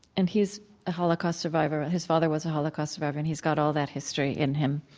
and he's a holocaust survivor. his father was a holocaust survivor and he's got all that history in him.